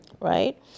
Right